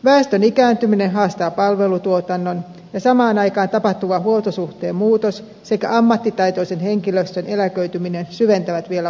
väestön ikääntyminen haastaa palvelutuotannon ja samaan aikaan tapahtuva huoltosuhteen muutos sekä ammattitaitoisen henkilöstön eläköityminen syventävät vielä ongelmaa